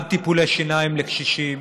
גם טיפולי שיניים לקשישים,